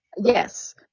yes